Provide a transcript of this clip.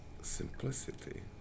simplicity